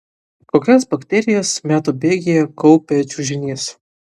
kokias bakterijas metų bėgyje kaupia čiužinys